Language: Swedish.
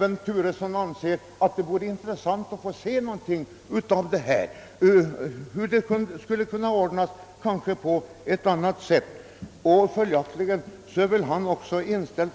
Eftersom även herr Turesson tydligen menar att det kanske skulle kunna ordnas på ett annat sätt, anser väl även han att denna